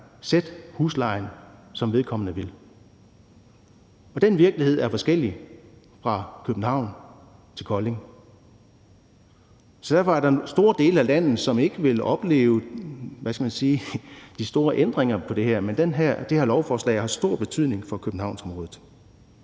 sætte huslejen, som vedkommende vil. Og den virkelighed er forskellig fra København til Kolding. Så derfor er der store dele af landet, som ikke vil opleve, hvad skal man sige, de store ændringer på det her område, men det her lovforslag har stor betydning for Københavnsområdet.